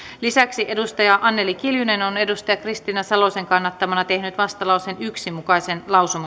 lisäksi anneli kiljunen on kristiina salosen kannattamana tehnyt vastalauseen yhden mukaisen